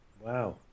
Wow